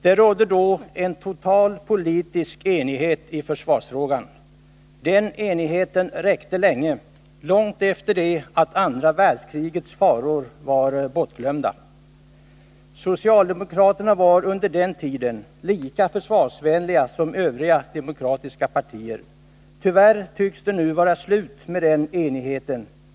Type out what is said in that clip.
Det rådde då en total politisk enighet i försvarsfrågan. Den enigheten räckte länge, långt efter det att andra världskrigets faror var bortglömda. Socialdemokraterna var under den tiden lika försvarsvänliga som övriga demokratiska partier. Tyvärr tycks det nu vara slut med den enigheten.